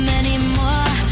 anymore